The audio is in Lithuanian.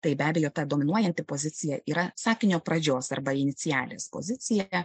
tai be abejo ta dominuojanti pozicija yra sakinio pradžios arba inicialis pozicija